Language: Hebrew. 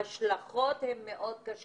המענים ניתנים גם בחברה הבדואית,